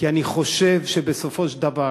כי אני חושב שבסופו של דבר